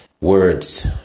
words